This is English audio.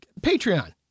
Patreon